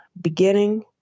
beginning